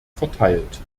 verteilt